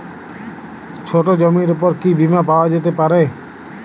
ছোট জমির উপর কি বীমা পাওয়া যেতে পারে?